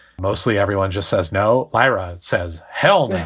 mostly everyone just says no. lyra says hell.